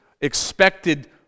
expected